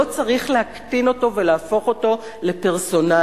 לא צריך להקטין אותו ולהפוך אותו לפרסונלי.